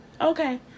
Okay